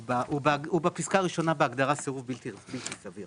הוא בפסקה הראשונה בהגדרת סירוב בלתי סביר.